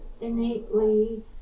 innately